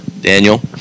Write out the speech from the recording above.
Daniel